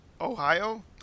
Ohio